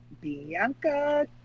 Bianca